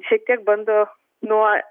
šiek tiek bando nuo